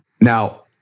Now